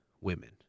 women